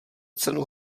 cenu